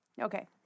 Okay